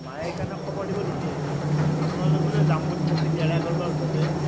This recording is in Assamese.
মায়ে সেইকাৰণে খবৰ দিব দিছিল আপোনালোক বোলে যাম বুলি কৈছিল ইয়াৰে আগৰবাৰ সোধোঁতে